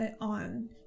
on